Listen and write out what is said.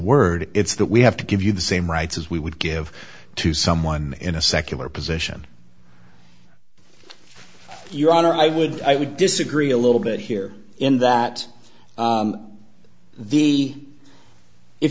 word it's that we have to give you the same rights as we would give to someone in a secular position your honor i would i would disagree a little bit here in that the if